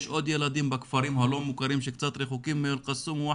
עוד ילדים בכפרים הלא מוכרים שקצת רחוקים מאל קסום ---?